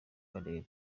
karere